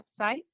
website